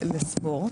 הספורט.